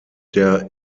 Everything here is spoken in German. der